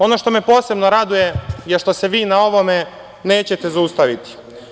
Ono što me posebno raduje je što se vi na ovome nećete zaustaviti.